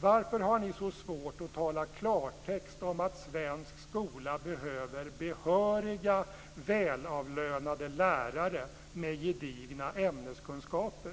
Varför har ni så svårt att tala klartext om att svensk skola behöver behöriga välavlönade lärare med gedigna ämneskunskaper?